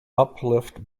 uplift